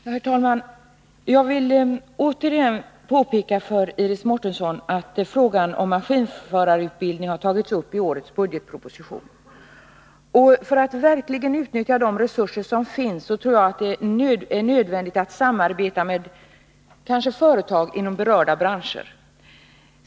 Herr talman! Jag vill återigen påpeka för Iris Mårtensson att frågan om maskinförarutbildning har tagits upp i årets budgetproposition. För att verkligen utnyttja de resurser som finns tror jag det är nödvändigt att samarbeta med företag inom berörda branscher.